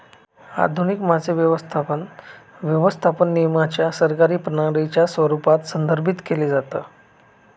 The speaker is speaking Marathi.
आधुनिक मासे व्यवस्थापन, व्यवस्थापन नियमांच्या सरकारी प्रणालीच्या स्वरूपात संदर्भित केलं जातं